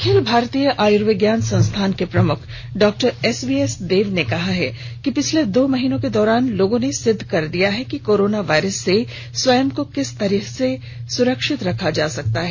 अखिल भारतीय आयुर्विज्ञान संस्थान के प्रमुख doctor S V S Dev ने कहा है कि पिछले दो महीनों के दौरान लोगों ने सिद्ध कर दिया है कि कोरोना वायरस से स्वयं को किस तरह सुरक्षित रखा जा सकता है